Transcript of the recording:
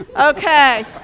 Okay